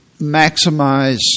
maximize